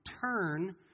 turn